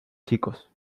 chicos